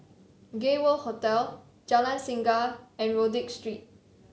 Gay World Hotel Jalan Singa and Rodyk Street